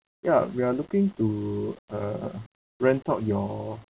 ya we are looking to uh rent out your